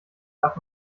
darf